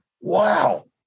Wow